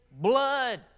blood